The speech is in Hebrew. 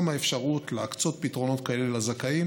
האפשרות להקצות פתרונות כאלה לזכאים",